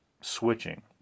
switching